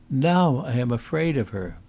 now i am afraid of her!